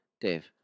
Dave